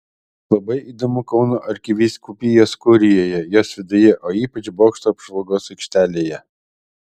labai įdomu kauno arkivyskupijos kurijoje jos viduje o ypač bokšto apžvalgos aikštelėje